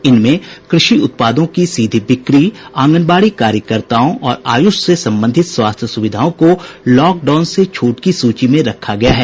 इनमें क़षि उत्पादों की सीधी बिक्री आंगनवाड़ी कार्यकर्ताओं और आय़ुष से संबंधित स्वास्थ्य सुविधाओं को लॉकडाउन से छूट की सूची में रखा गया है